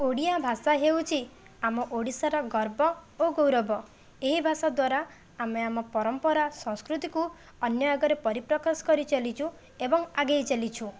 ଓଡ଼ିଆ ଭାଷା ହେଉଛି ଆମ ଓଡ଼ିଶାର ଗର୍ବ ଓ ଗୌରବ ଏହି ଭାଷା ଦ୍ୱାରା ଆମେ ଆମ ପରମ୍ପରା ସଂସ୍କୃତିକୁ ଅନ୍ୟ ଆଗରେ ପରିପ୍ରକାଶ କରି ଚାଲିଛୁ ଏବଂ ଆଗେଇ ଚାଲିଛୁ